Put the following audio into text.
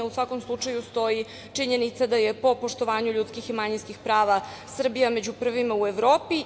U svakom slučaju, stoji činjenica da je po poštovanju ljudskih i manjinskih prava Srbija među prvima u Evropi.